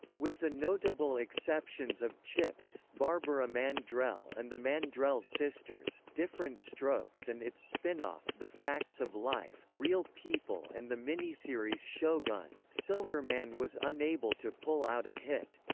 with the notable exceptions of chips, barbara mandrell and the mandrell sisters, diff'rent strokes and its spin-off the facts of life, real people and the miniseries shogun, silverman was unable to pull out a hit.